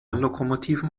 lokomotiven